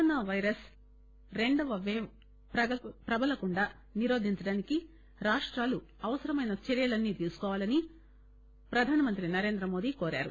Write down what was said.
corona virus రెండవ wave ప్రభలకుండా నిరోదించేందుకు రాష్టాలు అవసరమైన చర్యలన్నీ తీసుకోవాలని ప్రధానమంత్రి నరేంద్రమోదీ కోరారు